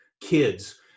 kids